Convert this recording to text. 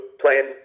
Playing